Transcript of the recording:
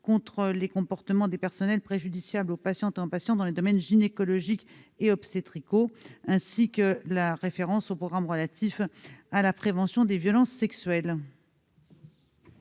contre les comportements des personnels préjudiciables aux patientes et aux patients, en particulier dans le domaine gynécologique et obstétrical, ainsi que, d'autre part, la référence au programme relatif à la prévention des violences sexuelles.